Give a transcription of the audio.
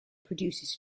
produces